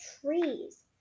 trees